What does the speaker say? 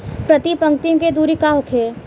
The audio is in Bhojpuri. प्रति पंक्ति के दूरी का होखे?